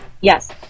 Yes